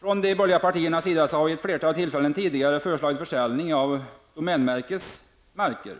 Från de borgerligas sida har vi vid flera tillfällen tidigare föreslagit försäljning av domänverkets marker.